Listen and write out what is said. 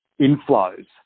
inflows